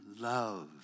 love